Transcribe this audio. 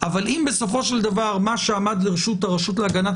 אבל אם בסופו של דבר מה שעמד לרשות הרשות להגנת